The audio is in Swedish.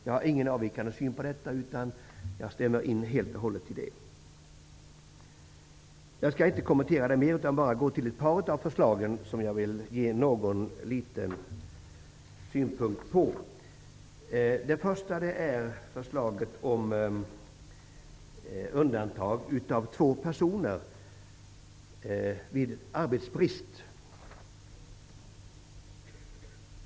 Jag har ingen avvikande syn när det gäller detta ärende. Jag skall inte kommentera detta mer utan bara ge några synpunkter på ett par av förslagen. Det första förslaget gäller undantag av två personer vid arbetsbrist.